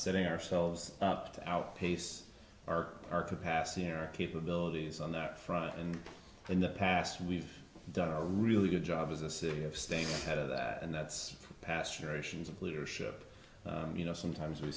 setting ourselves up to outpace our our capacity our capabilities on that front and in the past we've done a really good job as a city of staying ahead of that and that's pasture ations of leadership you know sometimes we